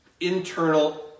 internal